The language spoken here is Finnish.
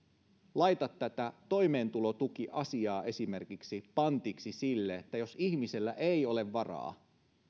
laita esimerkiksi tätä toimeentulotukiasiaa pantiksi sille että jos ihmisellä ei ole varaa